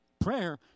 Prayer